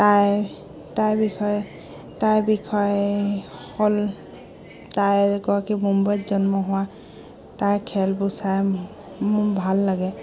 তাই তাইৰ বিষয়ে তাইৰ বিষয়ে হ'ল তাই এগৰাকী মুম্বাইত জন্ম হোৱা তাইৰ খেলবোৰ চাই মোৰ ভাল লাগে